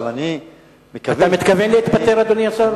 אתה מתכוון להתפטר, אדוני השר?